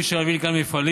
אי-אפשר להביא לכאן מפעלים,